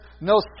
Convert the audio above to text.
no